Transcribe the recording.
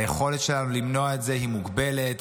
היכולת שלנו למנוע את זה מוגבלת.